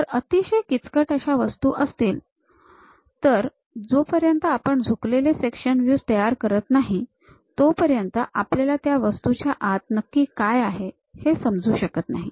जर अतिशय किचकट अशा वस्तू असतील तर जपर्यंत आपण झुकलेले सेक्शनल व्हयूज तयार करत नाही तोपर्यंत आपल्याला त्या वास्तूच्या आत नक्की काय आहे हे समजू शकत नाही